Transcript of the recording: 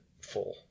full